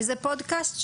איזה פודקאסט?